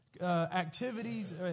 Activities